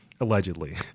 allegedly